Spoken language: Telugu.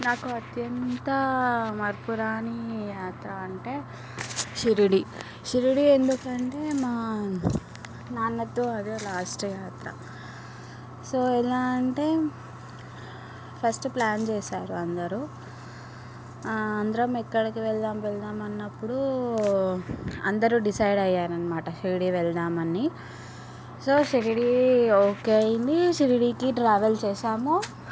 నాకు అత్యంత మరుపురాని యాత్ర అంటే షిరిడి షిరిడి ఎందుకంటే మా నాన్నతో అదే లాస్ట్ యాత్ర సో ఎలా అంటే ఫస్ట్ ప్లాన్ చేశారు అందరూ అందరం ఎక్కడికి వెళ్దాం వెళ్దాం అన్నప్పుడు అందరూ డిసైడ్ అయ్యారు అన్నమాట షిరిడి వెళ్దామని సో షిరిడి ఓకే అయింది షిరిడీకి ట్రావెల్ చేశాము